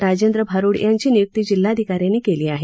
राजेंद्र भारुड यांची निय्क्ती जिल्हाधिकाऱ्यांनी केली आहे